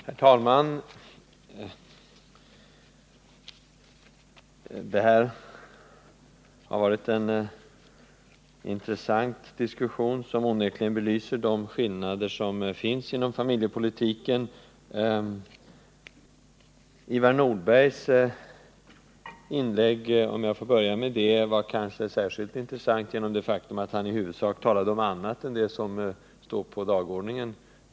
Herr talman! Det här har varit en intressant diskussion, som onekligen belyser skillnaderna på familjepolitikens område. Ivar Nordbergs inlägg, om jag får börja med det, var kanske särskilt intressant på grund av det faktum att han huvudsakligen talade om annat än det som i dag står på dagordningen.